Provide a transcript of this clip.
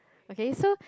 okay so